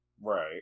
Right